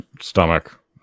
Stomach